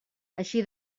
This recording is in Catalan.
així